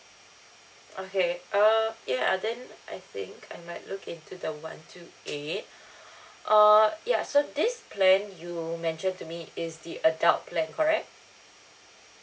okay err ya then I think I might look into the one two eight err ya so this plan you mention to me is the adult plan correct